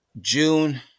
June